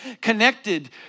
connected